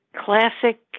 classic